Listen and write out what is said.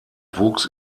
wuchs